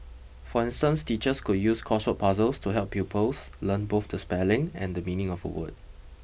for instance teachers could use crossword puzzles to help pupils learn both the spelling and the meaning of a word